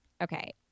okay